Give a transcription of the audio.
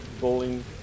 bowling